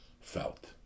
felt